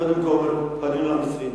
קודם כול, פנינו למצרים.